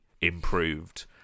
improved